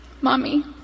Mommy